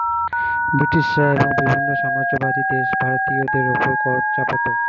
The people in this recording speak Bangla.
ব্রিটিশরা এবং বিভিন্ন সাম্রাজ্যবাদী দেশ ভারতীয়দের উপর কর চাপাতো